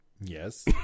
Yes